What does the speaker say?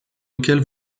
lequel